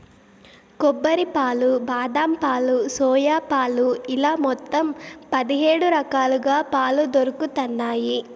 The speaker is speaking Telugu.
కొబ్బరి పాలు, బాదం పాలు, సోయా పాలు ఇలా మొత్తం పది హేడు రకాలుగా పాలు దొరుకుతన్నాయి